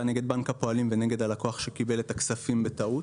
נגד בנק הפועלים ונגד הלקוח שקיבל את הכספים בטעות.